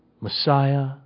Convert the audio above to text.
Messiah